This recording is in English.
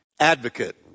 Advocate